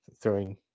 throwing